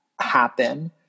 happen